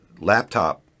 laptop